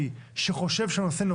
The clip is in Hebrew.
הפנים לאולפן הקלטות?